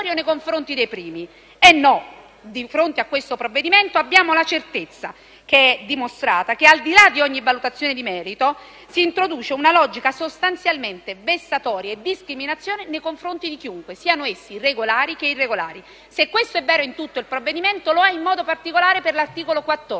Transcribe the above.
Eh, no! Di fronte a questo provvedimento abbiamo la certezza dimostrata che, al di là di ogni valutazione di merito, si introduce una logica sostanzialmente vessatoria e discriminatoria nei confronti di chiunque, sia regolari che irregolari. Se questo è vero in tutto il provvedimento, lo è in modo particolare per quel che